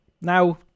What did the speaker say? now